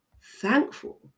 thankful